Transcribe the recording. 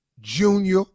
Junior